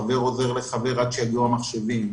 חבר עוזר לחבר עד שיגיעו המחשבים,